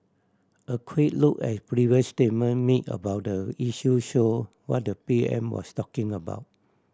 a quick look at previous statement made about the issue show what the P M was talking about